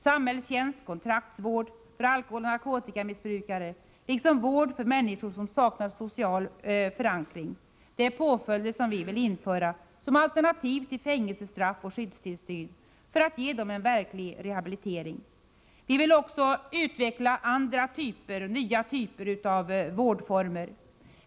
Samhällstjänst, kontraktsvård för alkoholoch narkotikamissbrukare liksom vård för människor som saknar social förankring är påföljder som vi vill införa som alternativ till fängelsestraff och skyddstillsyn för att ge dem en verklig rehabilitering. Vi vill också utveckla nya vårdformer.